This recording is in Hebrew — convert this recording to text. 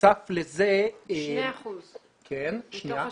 שני אחוזים מתוך ה-17.